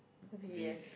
B_S